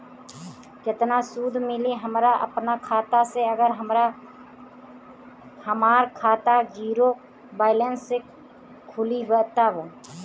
केतना सूद मिली हमरा अपना खाता से अगर हमार खाता ज़ीरो बैलेंस से खुली तब?